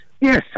yes